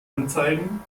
anzeigen